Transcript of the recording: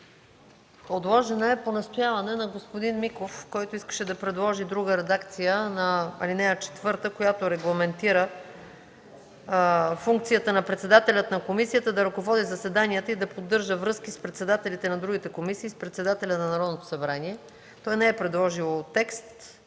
Отложен е по настояване на господин Миков, който искаше да предложи друга редакция на ал. 4, която регламентира функцията на председателя на комисията да ръководи заседанията и да поддържа връзки с председателите на другите комисии и с председателя на Народното събрание. Той не е предложил текст.